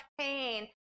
pain